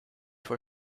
for